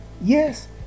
yes